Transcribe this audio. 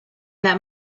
that